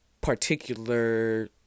particular